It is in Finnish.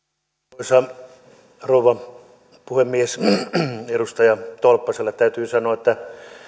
arvoisa rouva puhemies edustaja tolppaselle täytyy sanoa että